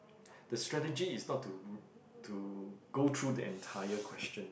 the strategy is not to to go through the entire question